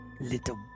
Little